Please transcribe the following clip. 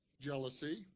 jealousy